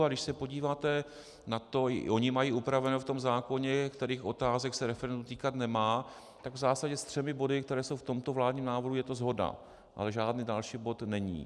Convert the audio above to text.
A když se podíváte na to i oni mají upraveno v zákoně, kterých otázek se referendum týkat nemá tak v zásadě s třemi body, které jsou v tomto vládním návrhu, je to shoda, ale žádný další bod není.